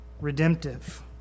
redemptive